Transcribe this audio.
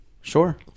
sure